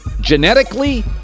Genetically